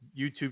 YouTube